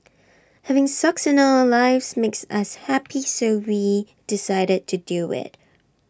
having socks in our lives makes us happy so we decided to do IT